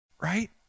Right